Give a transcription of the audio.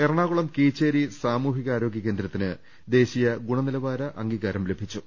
എറണാകുളം കീച്ചേരി സാമൂഹികാരോഗ്യ കേന്ദ്രത്തിന് ദേശീയ ഗുണനിലവാര അംഗീകാരം ലഭിച്ചു